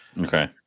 Okay